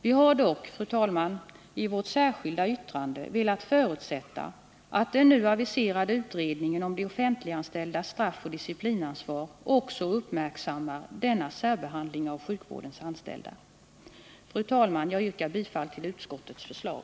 Vi har dock, fru talman, i vårt särskilda yttrande velat förutsätta att den nu aviserade utredningen om de offentliganställdas straffoch disciplinansvar också uppmärksammar denna särbehandling av sjukvårdens anställda. Fru talman! Jag yrkar bifall till utskottets förslag.